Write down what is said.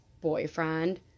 boyfriend